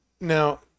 now